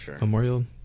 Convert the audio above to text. Memorial